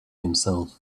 himself